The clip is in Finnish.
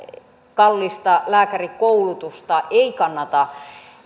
kallista lääkärikoulutusta ei kannata